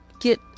get